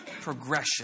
Progression